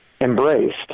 embraced